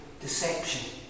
deception